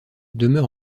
demeure